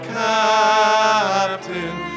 captain